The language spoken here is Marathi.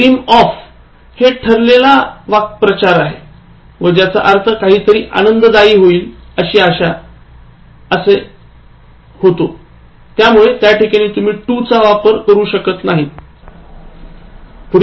Dream of हे ठरलेला वाकप्रचार आहे व ज्याचा अर्थ काहीतरी आनंददायी होईल अशी अशा असा होतो त्यामुळे त्याठिकाणी तुम्ही to चा वापर करू शकत नाहीत